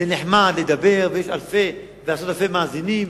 זה נחמד לדבר ויש עשרות אלפי מאזינים,